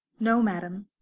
no, madam.